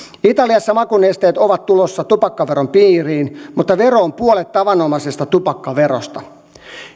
italiassa makunesteet ovat tulossa tupakkaveron piiriin mutta vero on puolet tavanomaisesta tupakkaverosta